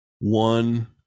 one